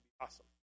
awesome